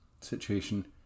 situation